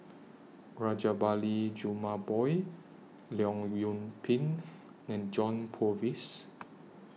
Rajabali Jumabhoy Leong Yoon Pin and John Purvis